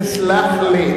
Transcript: תסלח לי,